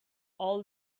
all